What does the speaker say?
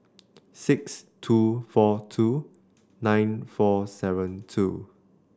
six two four two nine four seven two